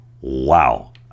Wow